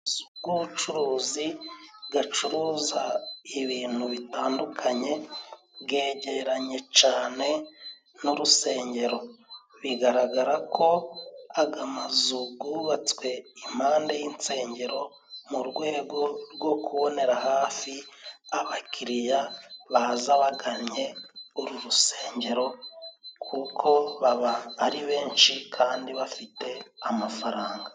Amazu g'ubucuruzi gacuruza ibintu bitandukanye gejyeranye cane n'urusengero, bigaragara ko aga mazu gubatswe impande y'insengero mu rwego rwo kubonera hafi abakiriya baza bagannye uru rusengero, kuko baba ari benshi kandi bafite amafaranga.